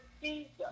Jesus